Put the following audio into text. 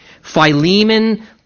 Philemon